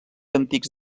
antics